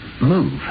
move